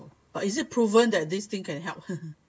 but is it proven that this thing can help